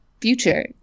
future